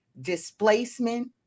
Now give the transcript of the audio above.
displacement